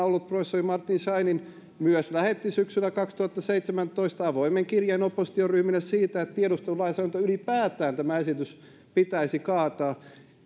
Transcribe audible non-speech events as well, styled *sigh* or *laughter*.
*unintelligible* ollut professori martin scheinin myös lähetti syksyllä kaksituhattaseitsemäntoista avoimen kirjeen oppositioryhmille siitä että tiedustelulainsäädäntö ylipäätään tämä esitys pitäisi kaataa